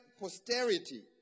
posterity